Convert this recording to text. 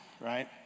right